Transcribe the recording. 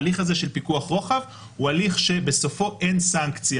ההליך הזה של פיקוח רוחב הוא הליך שבסופו אין סנקציה